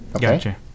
Gotcha